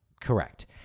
Correct